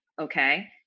okay